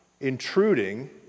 intruding